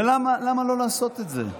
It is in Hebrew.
ולמה לא לעשות את זה?